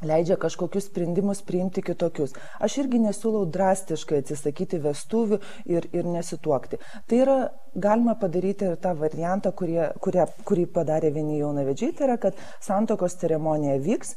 leidžia kažkokius sprendimus priimti kitokius aš irgi nesiūlau drastiškai atsisakyti vestuvių ir ir nesituokti tai yra galima padaryti ir tą variantą kurie kurią kurį padarė vieni jaunavedžiai tai yra kad santuokos ceremonija vyks